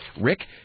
rick